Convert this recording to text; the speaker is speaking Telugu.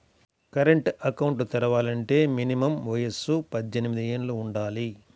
కరెంట్ అకౌంట్ తెరవాలంటే మినిమం వయసు పద్దెనిమిది యేళ్ళు వుండాలి